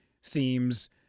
seems